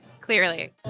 clearly